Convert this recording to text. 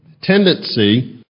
tendency